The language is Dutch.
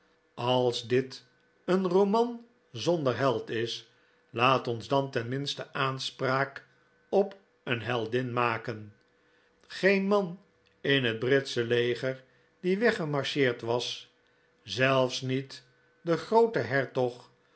als dit een roman zonder held is laat ons dan ten minste aanspraak op een heldin maken geen man in het britsche leger die weggemarcheerd was zelfs niet de groote